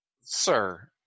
Sir